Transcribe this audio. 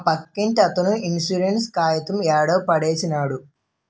మా పక్కింటతను ఇన్సూరెన్స్ కాయితం యాడో పడేసినాడు